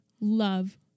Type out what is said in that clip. love